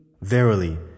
Verily